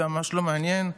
זה ממש לא מעניין.